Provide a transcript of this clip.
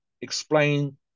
explain